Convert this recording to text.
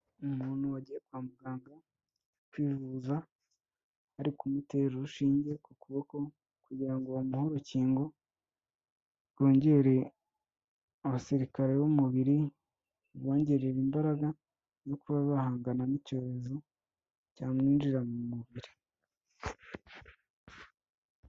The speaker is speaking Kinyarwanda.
Umuntu wagiye kwa muganga kwivuza, bari kumutera urushinge ku kuboko, kugira ngo bamu bamuhe urukingo, rwongere abasirikare b'umubiri, rubongerere imbaraga no kuba bahangana n'icyorezo cyamwinjirira mu mubiri.